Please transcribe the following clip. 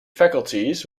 facilities